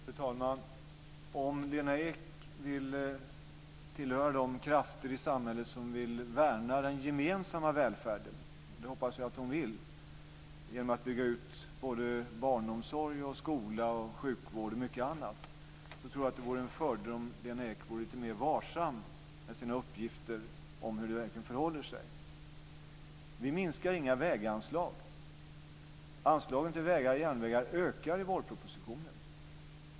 Fru talman! Om Lena Ek vill tillhöra de krafter i samhället som vill värna den gemensamma välfärden - det hoppas jag att hon vill - genom att bygga ut barnomsorg, skola, sjukvård och mycket annat tror jag att det vore en fördel om Lena Ek vore lite mer varsam med sina uppgifter om hur det verkligen förhåller sig. Vi minskar inga väganslag. Anslagen till vägar och järnvägar ökar i vårpropositionen.